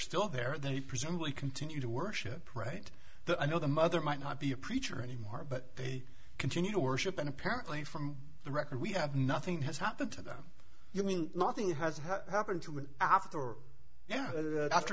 still there they presumably continue to worship right that i know the mother might not be a preacher anymore but they continue to worship and apparently from the record we have nothing has happened to them you mean nothing has happened to me after yeah after